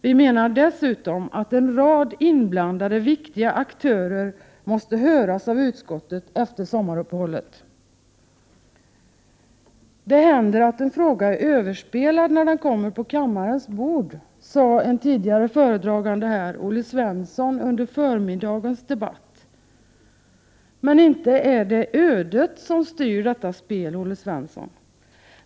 Dessutom menar vi att en rad inblandade viktiga aktörer måste höras av utskottet efter sommaruppehållet. ”Det händer att en fråga är överspelad, när den kommer på kammarens bord”, sade en tidigare föredragande, Olle Svensson, under förmiddagens debatt. Men inte är det ödet som styr detta spel, Olle Svensson.